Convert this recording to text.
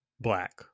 Black